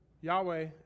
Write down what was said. Yahweh